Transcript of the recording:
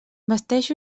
vesteixo